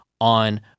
on